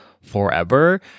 forever